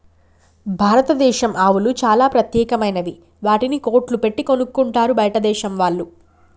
భారతదేశం ఆవులు చాలా ప్రత్యేకమైనవి వాటిని కోట్లు పెట్టి కొనుక్కుంటారు బయటదేశం వాళ్ళు